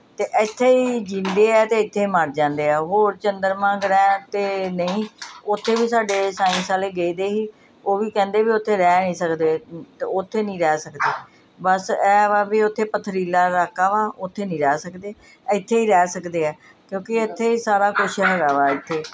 ਅਤੇ ਇੱਥੇ ਹੀ ਜਿਉਂਦੇ ਹੈ ਅਤੇ ਇੱਥੇ ਮਰ ਜਾਂਦੇ ਆ ਹੋਰ ਚੰਦਰਮਾ ਗ੍ਰਹਿ 'ਤੇ ਨਹੀਂ ਉੱਥੇ ਵੀ ਸਾਡੇ ਸਾਇੰਸ ਵਾਲੇ ਗਏ ਦੇ ਸੀ ਉਹ ਵੀ ਕਹਿੰਦੇ ਵੀ ਉੱਥੇ ਰਹਿ ਨਹੀਂ ਸਕਦੇ ਉੱਥੇ ਨਹੀਂ ਰਹਿ ਸਕਦੇ ਬਸ ਇਹ ਵਾ ਵੀ ਉੱਥੇ ਪੱਥਰੀਲਾ ਇਲਾਕਾ ਵਾ ਉੱਥੇ ਨਹੀਂ ਰਹਿ ਸਕਦੇ ਇੱਥੇ ਹੀ ਰਹਿ ਸਕਦੇ ਆ ਕਿਉਂਕਿ ਇੱਥੇ ਹੀ ਸਾਰਾ ਕੁਛ ਹੈਗਾ ਵਾ ਇੱਥੇ